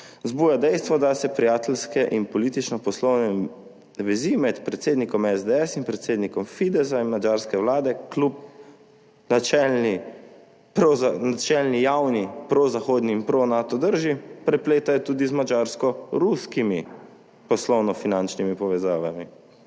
vzbuja dejstvo, da se prijateljske in politično-poslovne vezi med predsednikom SDS in predsednikom Fidesza in madžarske vlade kljub načelni javni prozahodni in pro Nato drži prepletajo tudi z madžarsko-ruskimi poslovnofinančnimi povezavami.